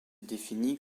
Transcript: définit